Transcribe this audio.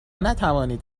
نتوانید